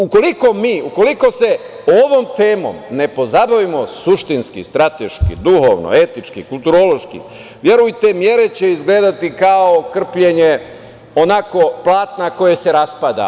Ukoliko se ovom temom ne pozabavimo suštinski, strateški, duhovno, etički, kulturološki, verujte, mere će izgledati kao krpljenje, onako, platna koje se raspada.